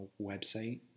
website